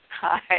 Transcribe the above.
Hi